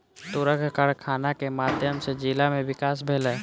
तूरक कारखाना के माध्यम सॅ जिला में विकास भेलै